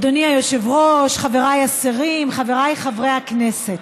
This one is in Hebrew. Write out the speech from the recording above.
אדוני היושב-ראש, חבריי השרים, חבריי חברי הכנסת,